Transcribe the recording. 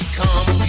come